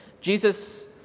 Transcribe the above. Jesus